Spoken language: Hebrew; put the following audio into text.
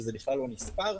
שזה בכלל לא נספר.